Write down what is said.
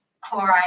chloride